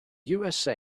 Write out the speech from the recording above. usa